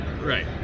right